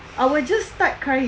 I will just start crying